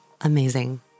Amazing